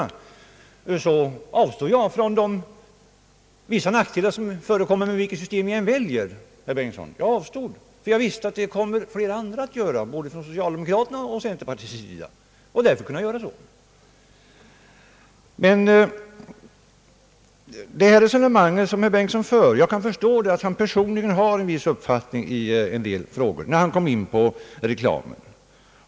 Jag avstod från att tala om de nackdelar som kan uppkomma vilket system man än väljer. Jag avstod, ty jag visste att så många andra, både socialdemokrater och centerpartister, skulle tala om det. Jag kan förstå att herr Bengtson har en viss uppfattning om en del frågor beträffande reklamen.